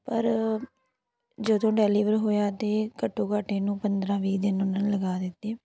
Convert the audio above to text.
ਪਰ ਜਦੋਂ ਡੈਲੀਵਰ ਹੋਇਆ ਅਤੇ ਘੱਟੋ ਘੱਟ ਇਹਨੂੰ ਪੰਦਰਾਂ ਵੀਹ ਦਿਨ ਉਹਨਾਂ ਨੇ ਲਗਾ ਦਿੱਤੇ